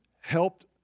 helped